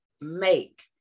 make